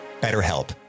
BetterHelp